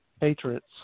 Patriots